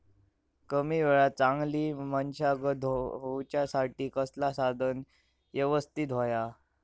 कमी वेळात चांगली मशागत होऊच्यासाठी कसला साधन यवस्तित होया?